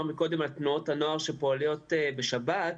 על תנועות הנוער שפועלות בשבת,